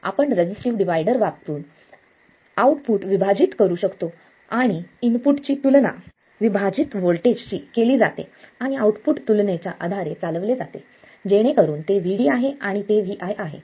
आपण resistive divider वापरून output विभाजित करू शकतो आणि इनपुटची तुलना विभाजित व्होल्टेजशी केली जाते आणि आउटपुट तुलनाच्या आधारे चालवले जाते जेणेकरून ते Vd आहे आणि ते Vi आहे